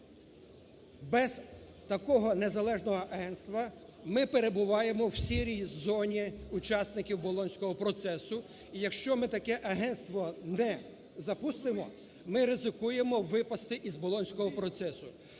Без такого незалежного агентства ми перебуваємо у сірій зоні учасників Болонського процесу. І якщо ми таке агентство не запустимо, ми ризикуємо випасти із Болонського процесу,